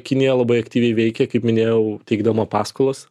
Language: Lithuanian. kinija labai aktyviai veikė kaip minėjau teikdama paskolas